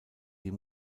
die